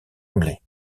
anglais